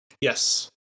Yes